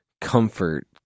comfort